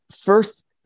first